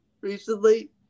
recently